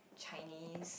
Chinese